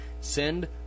send